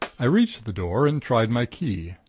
i reached the door and tried my key.